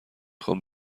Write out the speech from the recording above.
خوام